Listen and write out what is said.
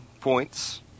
points